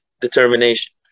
determination